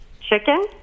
Chicken